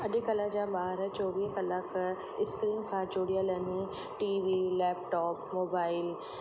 अॼुकल्ह जा ॿार चोवीह कलाक इस्क्रीन खां जुड़ियल आहिनि टी वी लैपटॉप मोबाइल